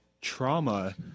Trauma